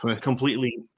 completely